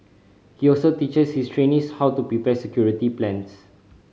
he also teaches his trainees how to prepare security plans